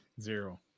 zero